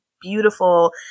beautiful